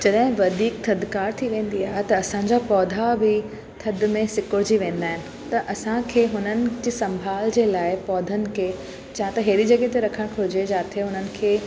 जॾहिं वधीक थधिकारु थी वेंदी आहे त असांजा पौधा बि थधि में सिकुड़जी वेंदा आहिनि त असांखे हुननि जी संभाल जे लाइ पौधनि खे जा त अहिड़ी जॻह ते रखणु घुर्जे जिते हुननि खे